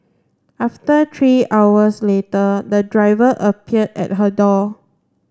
after three hours later the driver appeared at her door